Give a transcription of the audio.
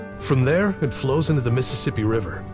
from there it flows into the mississippi river,